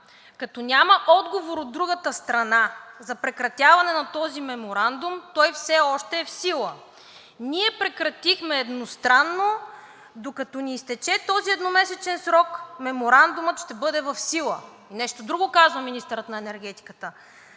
Като няма отговор от другата страна за прекратяване на този меморандум, той все още е в сила. Ние го прекратихме едностранно и докато не изтече този едномесечен срок, Меморандумът ще бъде в сила.“ Нещо друго казва министърът на енергетиката: